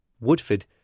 Woodford